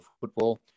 football